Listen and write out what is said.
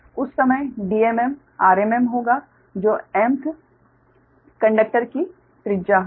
उस समय Dmm rm होगा जो m th कंडक्टर की त्रिज्या होगी